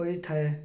ହୋଇଥାଏ